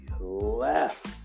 left